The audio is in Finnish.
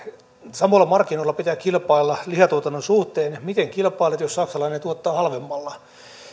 samoilla markkinoilla pitää kilpailla lihantuotannon suhteen miten kilpailet jos saksalainen tuottaa halvemmalla